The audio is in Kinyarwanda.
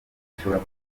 ashobora